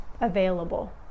available